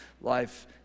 Life